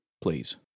please